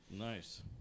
Nice